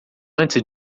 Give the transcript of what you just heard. antes